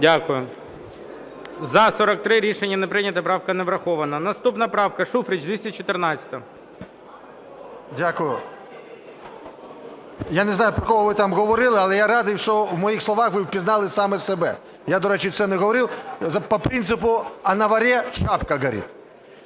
Дякую. За-43. Рішення не прийнято. Правка не врахована. Наступна правка. Шуфрич, 214-а. 11:10:20 ШУФРИЧ Н.І. Дякую. Я не знаю, про кого ви там говорили, але я радий, що в моїх словах ви впізнали саме себе. Я, до речі, це не говорив. По принципу "а на воре шапка горит".